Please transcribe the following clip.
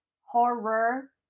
Horror